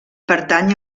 pertany